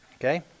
Okay